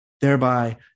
thereby